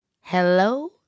Hello